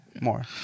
More